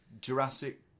Jurassic